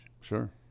Sure